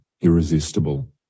irresistible